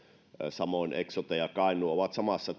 samoin eksote ja kainuu ovat samassa